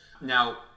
Now